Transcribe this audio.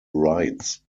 rides